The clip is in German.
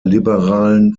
liberalen